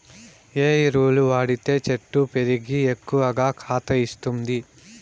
ఏ ఎరువులు వాడితే చెట్టు పెరిగి ఎక్కువగా కాత ఇస్తుంది?